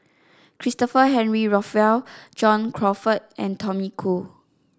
Christopher Henry Rothwell John Crawfurd and Tommy Koh